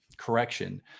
Correction